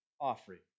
offering